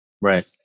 Right